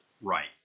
Right